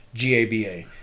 GABA